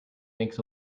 makes